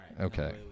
Okay